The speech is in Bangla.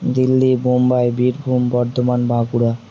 দিল্লি মুম্বই বীরভূম বর্ধমান বাঁকুড়া